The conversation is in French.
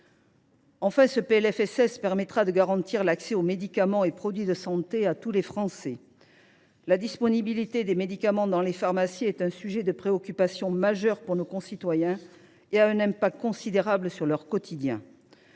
Enfin, ce PLFSS permettra de garantir l’accès aux médicaments et produits de santé à tous les Français. La disponibilité des médicaments dans les pharmacies est un sujet de préoccupation majeur pour nos concitoyens, sur le quotidien